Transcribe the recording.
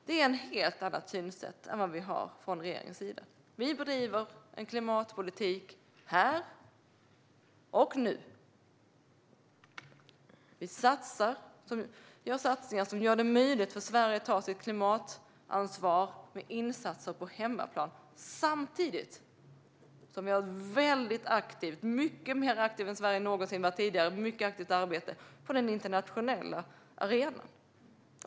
Det är ett helt annat synsätt än vad vi har från regeringens sida. Vi bedriver en klimatpolitik här och nu. Vi gör satsningar som gör det möjligt för Sverige att ta sitt klimatansvar med insatser på hemmaplan samtidigt som vi har ett väldigt aktivt - Sverige är mycket mer aktivt än vad Sverige någonsin varit tidigare - arbete på den internationella arenan.